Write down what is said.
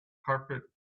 carpet